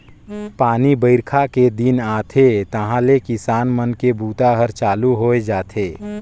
पानी बाईरखा दिन आथे तहाँले किसान मन के बूता हर चालू होए जाथे